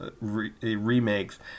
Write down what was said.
remakes